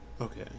okay